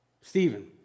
Stephen